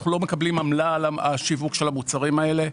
אנחנו לא מקבלים עמלה על השיווק של המוצרים האלה.